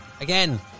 again